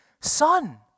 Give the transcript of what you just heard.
Son